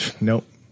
Nope